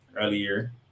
earlier